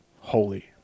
holy